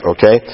Okay